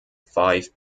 five